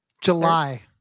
July